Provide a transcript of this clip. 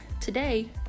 Today